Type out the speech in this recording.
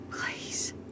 Please